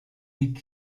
нэг